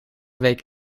week